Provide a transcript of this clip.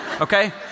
Okay